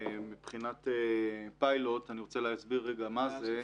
מבחינת פיילוט, אני רוצה להסביר מה זה.